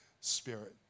spirit